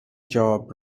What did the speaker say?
job